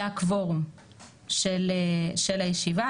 זה הקוורום של הישיבה.